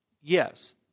Yes